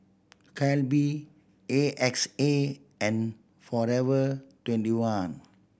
Calbee A X A and Forever Twenty one